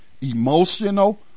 emotional